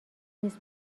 نیز